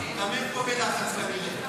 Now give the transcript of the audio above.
גם הם פה בלחץ כנראה.